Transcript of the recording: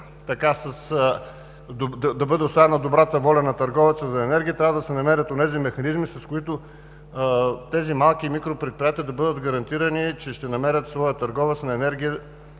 така – да бъде оставен на добрата воля на търговеца на енергия. Трябва да се намерят онези механизми, с които тези малки и микропредприятия да бъдат гарантирани, че ще намерят своя търговец на енергия